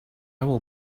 will